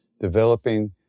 developing